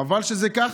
חבל שזה כך,